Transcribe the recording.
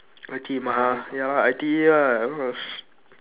I_T_E mah ya lah I_T_E ah